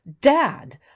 Dad